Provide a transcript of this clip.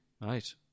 Right